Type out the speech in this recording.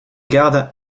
garde